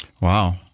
wow